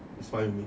it's fine with me